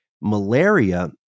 malaria